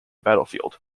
battlefield